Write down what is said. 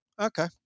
Okay